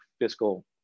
fiscal